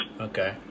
Okay